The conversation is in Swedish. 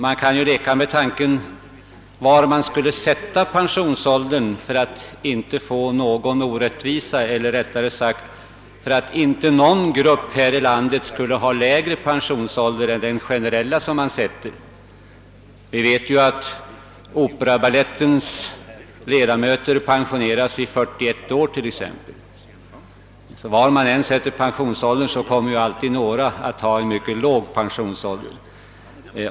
Man kan ju leka med tanken hur man skulle sätta pensionsåldern för att inte begå någon orättvisa, eller rättare sagt för att inte någon grupp här i landet skulle ha lägre pensionsålder än den generella. De som tillhör Operabaletten t.ex. pensioneras vid 41 års ålder. Vilken pensionsålder man än väljer kommer alltid några att ha en mycket låg pensionsålder.